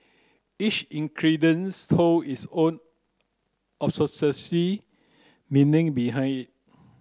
each hold its own meaning behind it